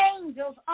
angels